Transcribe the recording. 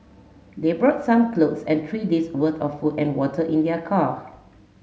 they brought some clothes and three days worth of food and water in their car